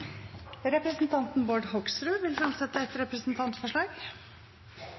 Representanten Bård Hoksrud vil fremsette et representantforslag.